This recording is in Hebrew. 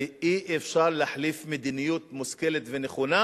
ואי-אפשר להחליף מדיניות מושכלת ונכונה